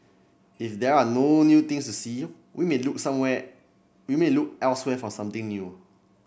if there are no new things to see we may look somewhere we may look elsewhere for something new